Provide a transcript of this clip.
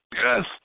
Yes